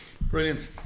brilliant